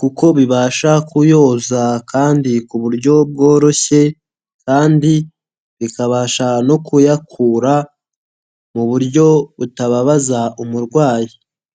kuko bibasha kuyoza kandi ku buryo bworoshye kandi bikabasha no kuyakura mu buryo butababaza umurwayi.